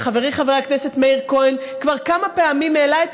וחברי חבר הכנסת מאיר כהן כבר כמה פעמים העלה את